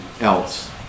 else